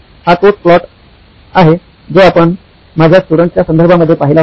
हा तोच प्लॉट हे जो आपण माझ्या स्टुडंटच्या संदर्भामध्ये पाहिला होता